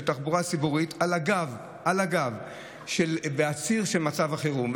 תחבורה ציבורית על הגב והציר של מצב החירום,